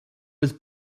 was